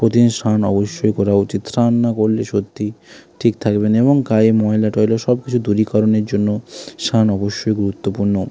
প্রতিদিন স্নান অবশ্যই করা উচিত স্নান না করলে সত্যি ঠিক থাকবে না এবং গায়ে ময়লা টয়লা সব কিছু দূরীকরণের জন্য স্নান অবশ্যই গুরুত্বপূর্ণ